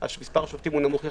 מספר השופטים נמול יחסית,